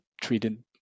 treated